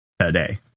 today